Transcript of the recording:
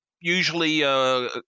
usually –